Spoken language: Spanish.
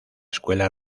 escuela